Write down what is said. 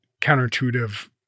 counterintuitive